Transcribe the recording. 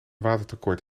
watertekort